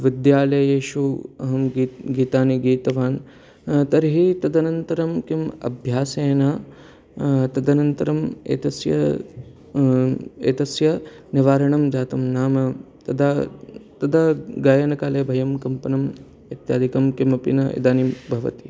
विद्यालयेषु अहं गी गीतानि गीतवान् तर्हि तदनन्तरं किम् अभ्यासेन तदनन्तरम् एतस्य एतस्य निवारणं जातं नाम तदा तदा गायनकाले वयं कम्पनम् इत्यादिकं किमपि न इदानीं भवति